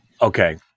Okay